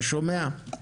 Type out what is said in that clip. אתה שומע?